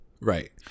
Right